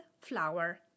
flower